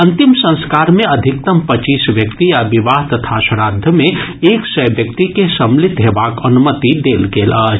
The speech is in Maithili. अंतिम संस्कार मे अधिकतम पच्चीस व्यक्ति आ विवाह तथा श्राद्ध मे एक सय व्यक्ति के सम्मिलित हेबाक अनुमति देल गेल अछि